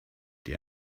die